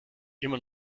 immer